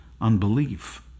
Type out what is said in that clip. unbelief